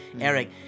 Eric